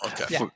Okay